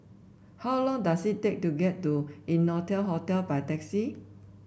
how long does it take to get to Innotel Hotel by taxi